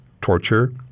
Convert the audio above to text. torture